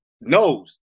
knows